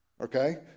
Okay